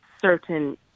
certain